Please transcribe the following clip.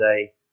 today